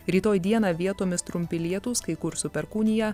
rytoj dieną vietomis trumpi lietūs kai kur su perkūnija